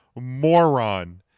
moron